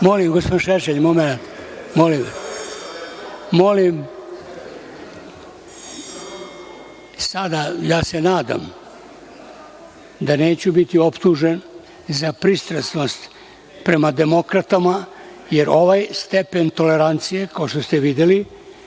Molim, gospodine Šešelj, momenat. Sada ja se nadam da neću biti optužen za pristrasnost prema demokratama, jer ovaj stepen tolerancije, kao što ste videli,